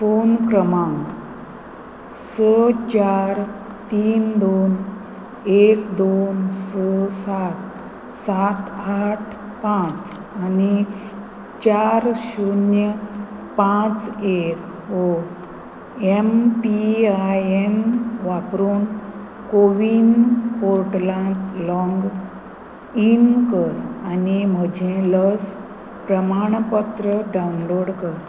phone क्रमांक स चार तीन दोन एक दोन स सात सात आठ पांच आनी चार शुन्य पांच एक हो एम पी आय एन वापरून कोविन पोर्टलांत लॉग इन कर आनी म्हजें लस प्रमाणपत्र डावनलॉड कर